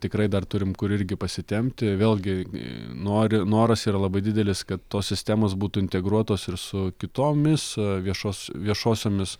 tikrai dar turim kur irgi pasitempti vėlgi nori noras ir labai didelis kad tos sistemos būtų integruotos ir su kitomis viešos viešosiomis